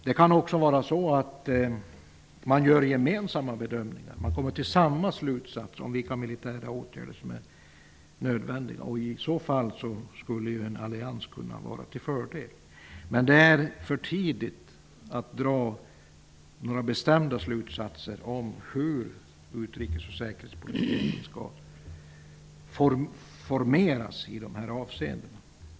Det kan också vara så att man gör gemensamma bedömningar, att man kommer till samma slutsats om vilka militära åtgärder som är nödvändiga, och i så fall skulle en allians kunna vara till fördel. Men det är för tidigt att dra några bestämda slutsatser om hur utrikes och säkerhetspolitiken skall formeras i de här avseendena.